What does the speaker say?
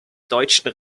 deutschen